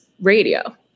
radio